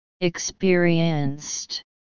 Experienced